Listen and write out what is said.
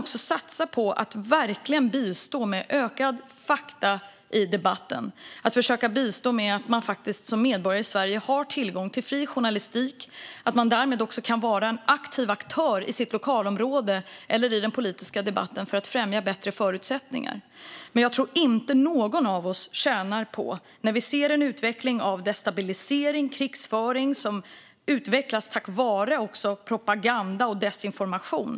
Det gäller att verkligen satsa på att bistå med mer fakta i debatten och försöka bistå med att man som medborgare i Sverige har tillgång till fri journalistik. Därmed kan människor vara aktiva aktörer i sitt lokalområde eller i den politiska debatten för att främja bättre förutsättningar. Vi ser en utveckling med destabilisering och krigföring som utvecklas på grund av propaganda och desinformation.